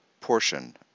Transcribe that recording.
portion